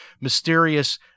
mysterious